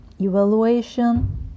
evaluation